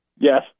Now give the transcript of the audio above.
Yes